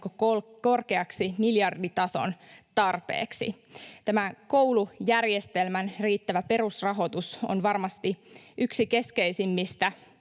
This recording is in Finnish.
korkeaksi, miljarditason tarpeeksi. Tämä koulujärjestelmän riittävä perusrahoitus on varmasti yksi keskeisimmistä